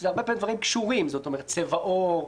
שזה הרבה פעמים דברים קשורים צבע עור,